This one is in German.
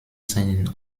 seinen